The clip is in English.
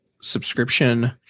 subscription